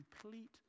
complete